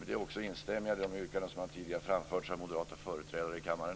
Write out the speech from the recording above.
Med det instämmer jag i de yrkanden som tidigare har framförts av moderata företrädare i kammaren.